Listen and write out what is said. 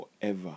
forever